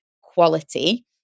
quality